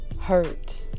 hurt